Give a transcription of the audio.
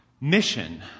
mission